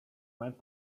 went